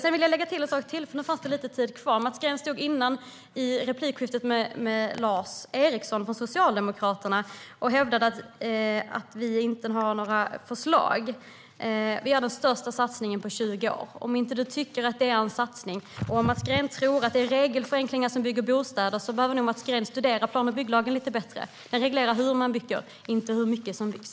Jag vill lägga till en sak, eftersom det finns lite talartid kvar. Mats Green stod tidigare, i replikskiftet med Lars Eriksson från Socialdemokraterna, och hävdade att vi inte har några förslag. Vi gör den största satsningen på 20 år. Om Mats Green inte tycker att det är en satsning och tror att det är regelförenklingar som bygger bostäder behöver nog Mats Green studera plan och bygglagen lite bättre. Den reglerar hur man bygger, inte hur mycket som byggs.